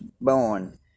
born